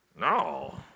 No